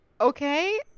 okay